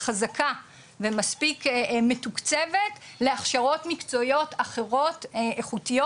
חזקה ומספיק מתוקצבת להכשרות מקצועיות אחרות איכותיות.